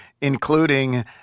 including